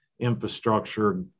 infrastructure